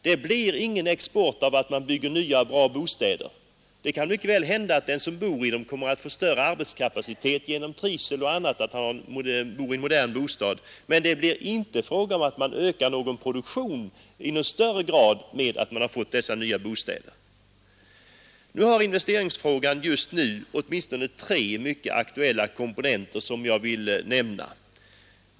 Det blir ingen export av att man bygger nya och bra bostäder. Det kan mycket väl hända att de som bor i dem kommer att få större arbetskapacitet på grund av trivsel och annat därför att de bor i en modern bostad — men det blir inte fråga om någon större ökning av produktionen genom att man fått dessa nya bostäder. Investeringsfrågan har just nu åtminstone tre mycket aktuella kom ponenter, som jag vill nämna.